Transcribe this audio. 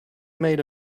made